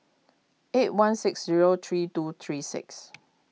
eight one six zero three two three six